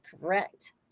Correct